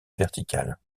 verticale